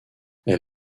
elle